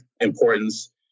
importance